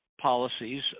policies